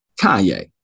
Kanye